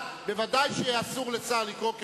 ואת חברי חבר הכנסת